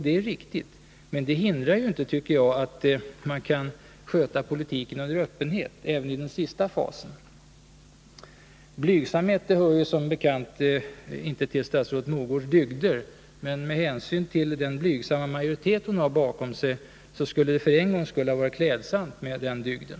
Det är riktigt, men det hindrar ju inte att man sköter politiken under öppenhet även i den sista fasen. Blygsamhet hör som bekant inte till statsrådet Mogårds dygder, men med hänsyn till den blygsamma majoritet hon har bakom sig skulle det för en gångs skull ha varit klädsamt med den dygden.